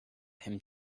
him